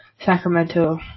Sacramento